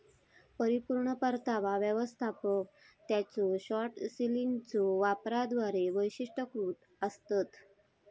परिपूर्ण परतावा व्यवस्थापक त्यांच्यो शॉर्ट सेलिंगच्यो वापराद्वारा वैशिष्ट्यीकृत आसतत